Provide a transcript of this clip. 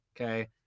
Okay